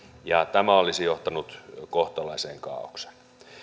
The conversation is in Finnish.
ja tämä olisi johtanut kohtalaiseen kaaokseen